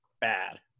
bad